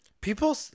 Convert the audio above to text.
People